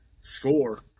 score